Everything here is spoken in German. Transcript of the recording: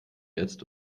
jetzt